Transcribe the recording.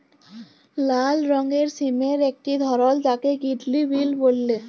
লাল রঙের সিমের একটি ধরল যাকে কিডলি বিল বল্যে